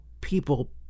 people